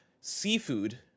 seafood